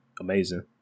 amazing